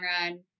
run